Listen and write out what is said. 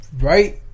right